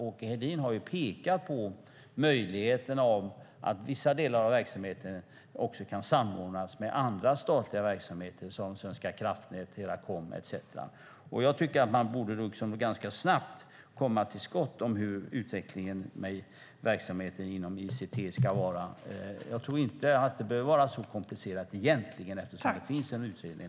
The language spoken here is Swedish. Åke Hedén har ju pekat på möjligheten att vissa delar av verksamheten kan samordnas med andra statliga verksamheter, såsom Svenska Kraftnät, Teracom etcetera. Man borde ganska snabbt kunna komma till skott beträffande verksamheten inom ICT. Jag tror inte att det egentligen behöver vara så komplicerat eftersom det föreligger en utredning.